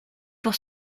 pour